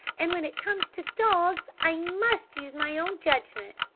and when it comes to dogs i must use my own judgment!